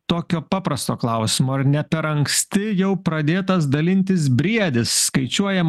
tokio paprasto klausimo ar ne per anksti jau pradėtas dalintis briedis skaičiuojam